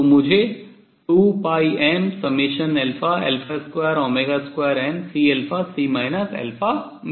तो मुझे 2πm22CC मिलता है ठीक है